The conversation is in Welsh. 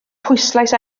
pwyslais